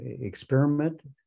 experiment